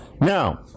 Now